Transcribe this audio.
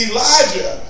Elijah